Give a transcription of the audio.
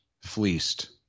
fleeced